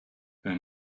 her